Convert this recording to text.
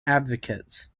advocates